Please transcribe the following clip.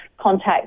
contact